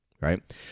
right